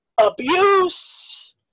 abuse